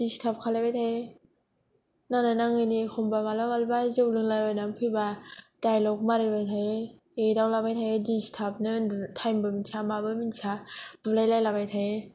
दिसथार्ब खालामबाय थायो नांनाय नाङैनि मालाबा मालाबा एखनबा जौ लोंनानै फैबा दाइलग मारिबाय थायो एदावलाबाय थायो दिसथार्बनो ओरैनो थाइमबो मिथिया माबो मिथिया बुलाय लायलाबाय थायो